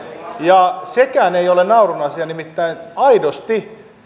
ja sekään ei ole naurun asia nimittäin aidosti